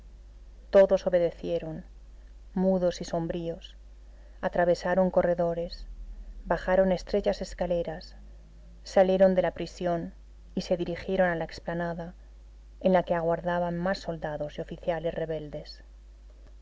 todos obedecieron mudos y sombríos atravesaron corredores bajaron estrechas escaleras salieron de la prisión y se dirigieron a la explanada en la que aguardaban más soldados y oficiales rebeldes